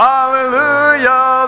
Hallelujah